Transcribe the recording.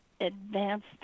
advanced